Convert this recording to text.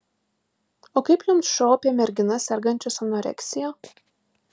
o kaip jums šou apie merginas sergančias anoreksija